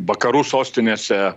vakarų sostinėse